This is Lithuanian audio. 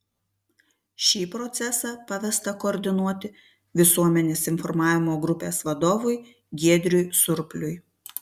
šį procesą pavesta koordinuoti visuomenės informavimo grupės vadovui giedriui surpliui